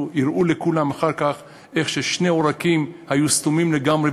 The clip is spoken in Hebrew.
הראה לכולם אחר כך ששני עורקים היו סתומים לגמרי,